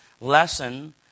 lesson